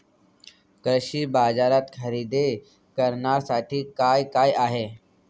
कृषी बाजारात खरेदी करण्यासाठी काय काय आहे?